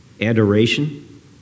Adoration